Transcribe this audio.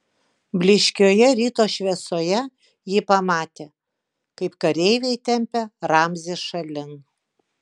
blyškioje ryto šviesoje ji pamatė kaip kareiviai tempia ramzį šalin